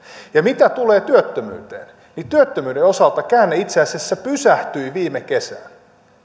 mitä tulee työttömyyteen niin työttömyyden osalta käänne itse asiassa pysähtyi viime kesään